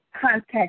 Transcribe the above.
contact